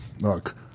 look